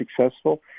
successful